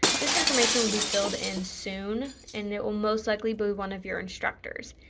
this information will be filled in soon and it will most likely be one of your instructors.